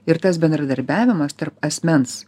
ir tas bendradarbiavimas tarp asmens